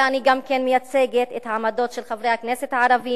אלא אני גם מייצגת את העמדות של חברי הכנסת הערבים,